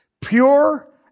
Pure